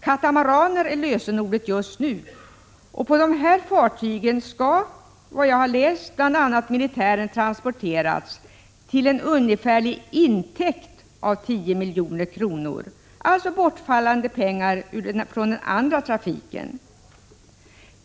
Katamaraner är lösenordet just nu, och på dessa fartyg skall, har jag läst, bl.a. militären transporteras till en ungefärlig intäkt av 10 milj.kr. — alltså bortfallande pengar från den andra trafiken.